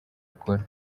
akora